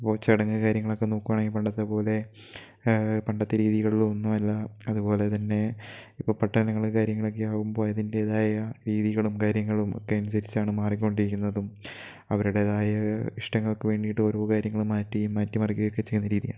ഇപ്പോൾ ചടങ്ങ് കാര്യങ്ങളൊക്കെ നോക്കുവാണെങ്കിൽ പണ്ടത്തെ പോലെ പണ്ടത്തെ രീതീലുള്ള ഒന്നും അല്ല അത്പോലെ തന്നെ ഇപ്പ പെട്ടെന്ന് നിങ്ങള് കാര്യങ്ങളൊക്കെ ആകുമ്പോൾ അതിൻറ്റേതായ രീതികളും കാര്യങ്ങളും ഒക്കെ അനുസരിച്ചാണ് മാറിക്കൊണ്ടിരിക്കുന്നതും അവരുടേതായ ഇഷ്ടങ്ങൾക്ക് വേണ്ടീട്ട് ഓരോ കാര്യങ്ങള് മാറ്റിയും മാറ്റി മറിക്കുകയൊക്കെ ചെയ്യുന്ന രീതിയാണ്